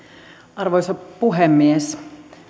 arvoisa puhemies